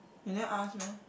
you never ask meh